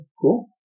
cool